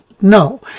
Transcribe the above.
No